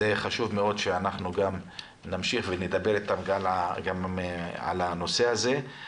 זה חשוב מאוד שנמשיך ונדבר גם על הנושא הזה.